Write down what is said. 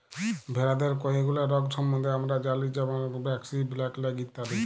ভেরাদের কয়ে গুলা রগ সম্বন্ধে হামরা জালি যেরম ব্র্যাক্সি, ব্ল্যাক লেগ ইত্যাদি